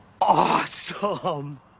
awesome